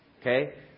okay